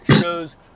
shows